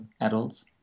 adults